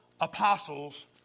apostles